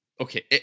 Okay